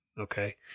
Okay